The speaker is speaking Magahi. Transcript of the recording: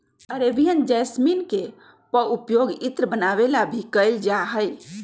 अरेबियन जैसमिन के पउपयोग इत्र बनावे ला भी कइल जाहई